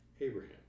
Abraham